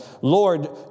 Lord